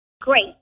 Great